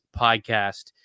podcast